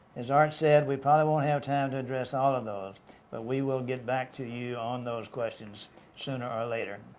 as art said we probably won't have time to address all of those but we will get back to you those questions sooner or later,